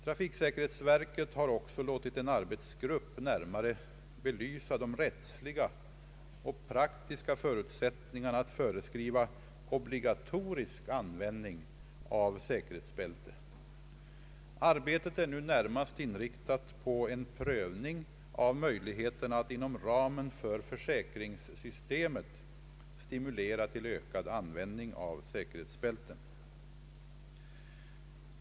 Trafiksäkerhetsverket har också låtit en arbetsgrupp närmare belysa de rättsliga och praktiska förutsättningarna att föreskriva obligatorisk användning av säkerhetsbälte. Arbetet är nu närmast inriktat på en prövning av möjligheterna att inom ramen för försäkringssystemet stimulera till ökad användning av säkerhetsbälten.